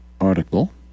article